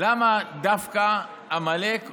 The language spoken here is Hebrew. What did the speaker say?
למה דווקא אנחנו